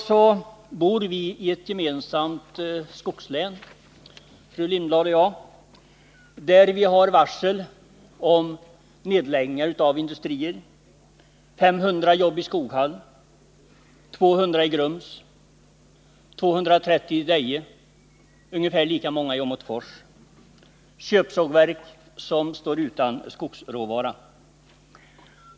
Ändå bor vi i samma skogslän, fru Lindblad och jag, där varsel om nedläggningar av industrier förekommer. 500 jobb hotas i Skoghall, 200 i Grums, 230 i Deje och ungefär lika många i Amotfors. De är alla köpsågverk som står utan skogsråvara.